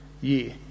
year